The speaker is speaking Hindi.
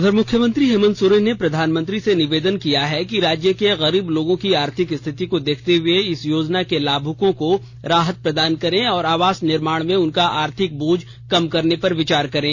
उधर मुख्यमंत्री हेमंत सोरेन ने प्रधानमंत्री से निवेदन किया कि राज्य के गरीब लोगों की आर्थिक स्थिति को देखर्ते हुए इस योजना के लाभुकों को राहत प्रदान करें और आवास निर्माण में उनका आर्थिक बोझ कम करने पर विचार करें